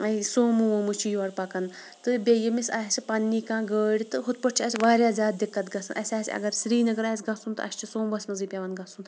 یہِ سوموٗ ووموٗ چھِ یور پَکان تہٕ بیٚیہِ ییٚمِس آسہِ پَنٛنی کانٛہہ گٲڑۍ تہٕ ہُتھ پٲٹھۍ چھِ اَسہِ واریاہ زیادٕ دِقت گژھان اَسہِ آسہِ اگر سرینگر آسہِ گژھُن تہٕ اَسہِ چھِ سوموٗوَسٕے پٮ۪وان گژھُن